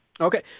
Okay